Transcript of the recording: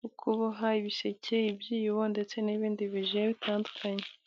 wo kuboha ibiseke , ibyibo, ndetse n'ibindi bigiye bitandukanye.